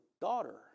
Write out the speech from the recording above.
daughter